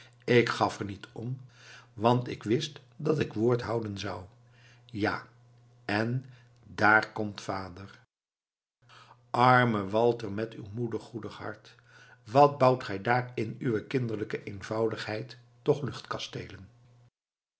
ik gaf er niet om want ik wist dat ik woord houden zou ja en daar komt vader arme walter met uw moedig goedig hart wat bouwt gij daar in uwe kinderlijke eenvoudigheid toch